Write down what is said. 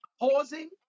pausing